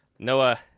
Noah